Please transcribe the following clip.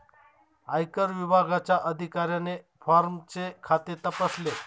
आयकर विभागाच्या अधिकाऱ्याने फॉर्मचे खाते तपासले